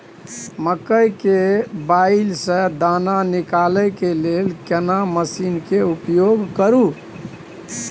मकई के बाईल स दाना निकालय के लेल केना मसीन के उपयोग करू?